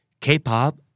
K-pop